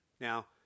Now